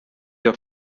your